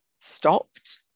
stopped